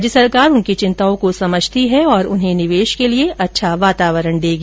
राज्य सरकार उनकी चिंताओं को समझती है और उन्हें निवेश के लिए अच्छा वातावरण देगी